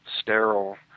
sterile